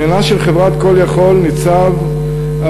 עניינה של חברת "call יכול" ניצב על